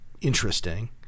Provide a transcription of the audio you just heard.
interesting